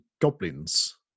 goblins